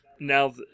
Now